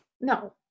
No